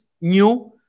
new